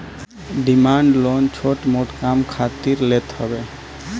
demand loan छोट मोट काम खातिर लेत हवे